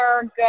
good